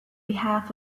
behalf